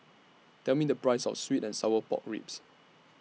Tell Me The Price of Sweet and Sour Pork Ribs